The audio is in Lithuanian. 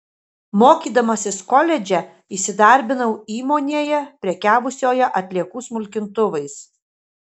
mokydamasis koledže įsidarbinau įmonėje prekiavusioje atliekų smulkintuvais